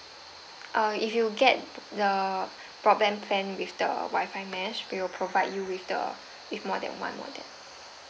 uh if you get the broadband plan with the Wi-Fi mesh we will provide you with the give more than one modem